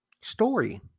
story